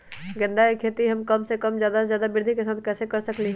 गेंदा के खेती हम कम जगह में ज्यादा वृद्धि के साथ कैसे कर सकली ह?